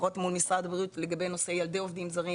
לפחות מול משרד הבריאות לגבי נושא ילדי עובדים זרים